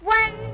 one